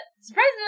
surprisingly